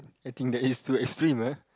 I think that is too extreme ah